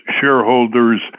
shareholders